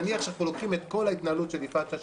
נניח שאנחנו לוקחים את כל ההתנהלות של יפעת שאשא